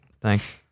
Thanks